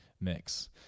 mix